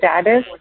status